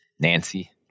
Nancy